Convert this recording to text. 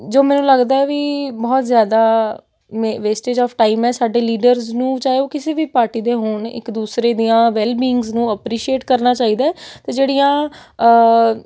ਜੋ ਮੈਨੂੰ ਲੱਗਦਾ ਵੀ ਬਹੁਤ ਜ਼ਿਆਦਾ ਵੇਸਟੇਜ ਅੋਫ ਟਾਈਮ ਹੈ ਸਾਡੇ ਲੀਡਰਜ਼ ਨੂੰ ਚਾਹੇ ਉਹ ਕਿਸੇ ਵੀ ਪਾਰਟੀ ਦੇ ਹੋਣ ਇੱਕ ਦੂਸਰੇ ਦੀਆਂ ਵੈਲ ਬਿੰਗਸ ਨੂੰ ਐਪਰੀਸ਼ੀਏਟ ਕਰਨਾ ਚਾਹੀਦਾ ਹੈ ਅਤੇ ਜਿਹੜੀਆਂ